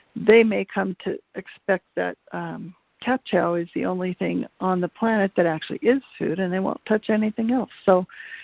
they may come to expect that cat chow is the only thing on the planet that actually is food and they won't touch anything else. so